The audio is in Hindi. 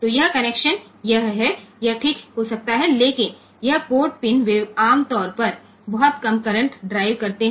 तो यह कनेक्शन यह है यह ठीक हो सकता है लेकिन यह पोर्ट पिन वे आम तौर पर बहुत कम करंट ड्राइव करते हैं